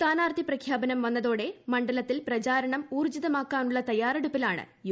സ്ഥാനാർത്ഥി പ്രഖ്യാപനം വന്നതോടെ മണ്ഡലത്തിൽ പ്രചാരണം ഉൌർജ്ജിതമാക്കാനുള്ള തയ്യാറെടുപ്പിലാണ് യു